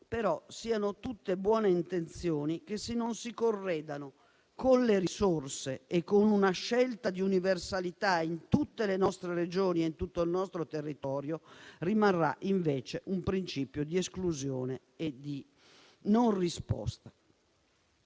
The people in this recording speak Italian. sono tutte buone intenzioni, ma, se non si corredano delle risorse e di una scelta di universalità in tutte le nostre Regioni e in tutto il territorio, rimarrà un principio di esclusione e di non risposta.